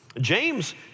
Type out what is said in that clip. James